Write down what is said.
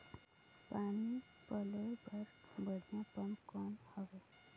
पानी पलोय बर बढ़िया पम्प कौन हवय?